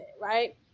right